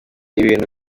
ibintu